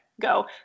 go